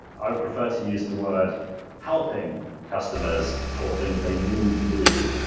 i prefer to use the word helping customers for things they need to do.